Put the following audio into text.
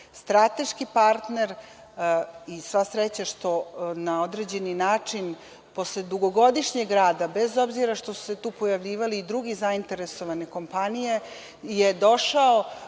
Strateški partner, i sva sreća što na određeni način posle dugogodišnjeg rada, bez obzira što su se tu pojavljivali i druge zainteresovane kompanije, je došao